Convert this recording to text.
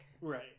right